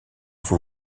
vous